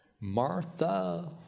Martha